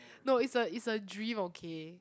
no is a is a dream okay